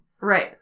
Right